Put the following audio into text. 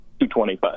225